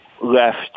left